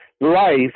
life